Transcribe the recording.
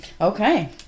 Okay